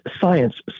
Science